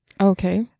Okay